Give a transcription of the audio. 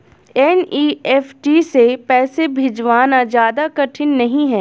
NEFT से पैसे भिजवाना ज्यादा कठिन नहीं है